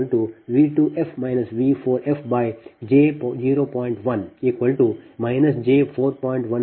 ಅಂದರೆ I 24 V 2f V 4f j0